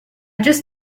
just